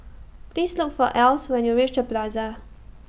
Please Look For Else when YOU REACH The Plaza